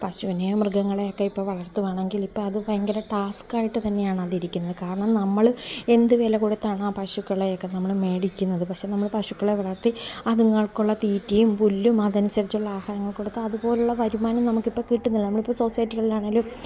പശുവിനെയും മൃഗങ്ങളേയുമൊക്കെ ഇപ്പം വളർത്തുകയാണെങ്കിൽ ഇപ്പം അത് ഭയങ്കര ടാസ്ക്ക് ആയിട്ട് തന്നെയാണ് അതിരിക്കുന്നത് കാരണം നമ്മൾ എന്ത് വില കൊടുത്താണാ പശുക്കളെയൊക്കെ നമ്മൾ മേടിക്കുന്നത് പക്ഷെ നമ്മൾ പശുക്കളെ വളർത്തി അത്ങ്ങൾക്കുള്ള തീറ്റയും പുല്ലും അതനുസരിച്ചുള്ള ആഹാരങ്ങൾ കൊടുത്തതുപോലുള്ള വരുമാനം നമുക്ക് ഇപ്പം കിട്ടുന്നില്ല നമ്മൾ ഇപ്പം സൊസൈറ്റികളിൽ ആണെങ്കിലും